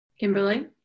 Kimberly